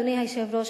אדוני היושב-ראש,